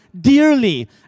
dearly